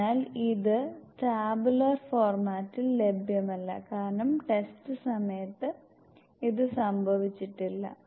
അതിനാൽ ഇത് ടാബുലാർ ഫോർമാറ്റിൽ ലഭ്യമല്ല കാരണം ടെസ്റ്റ് സമയത്ത് ഇത് സംഭവിച്ചിട്ടില്ല